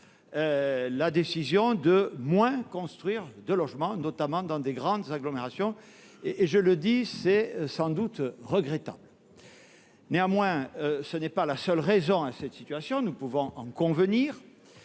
la décision de moins construire de logements- notamment dans de grandes agglomérations. Je le dis : cela est sans doute regrettable. Néanmoins, il ne s'agit pas de la seule raison à cette situation ; nous pouvons en convenir.